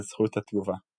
על זכות התגובה.